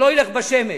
שלא ילך בשמש.